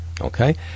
Okay